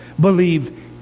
believe